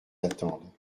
attendent